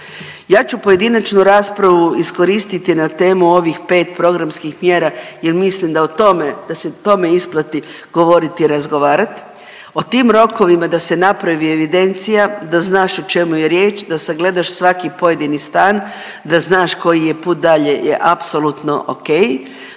Ja ću pojedinačnu raspravu iskoristiti na temu ovih 5 programskih mjera jer mislim da o tome, da se o tome isplati govorit i razgovarat, o tim rokovima da se napravi evidencija, da znaš o čemu je riječ, da sagledaš svaki pojedini stan da znaš koji je put dalje, je apsolutno okej.